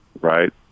right